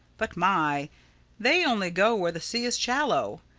but my they only go where the sea is shallow.